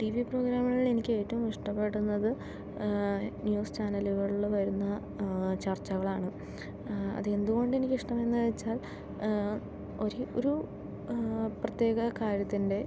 T V പ്രോഗ്രാമുകളിൽ എനിക്ക് ഏറ്റവും ഇഷ്ടപ്പെടുന്നത് ന്യൂസ് ചാനലുകളിൽ വരുന്ന ചർച്ചകളാണ് അത് എന്തുകൊണ്ട് എനിക്ക് ഇഷ്ടമെന്നുവെച്ചാൽ ഒരു ഒരു പ്രത്യേക കാര്യത്തിൻ്റെ